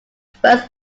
first